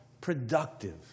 productive